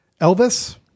Elvis